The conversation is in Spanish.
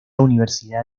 universidad